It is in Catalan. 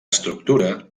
estructura